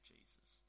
Jesus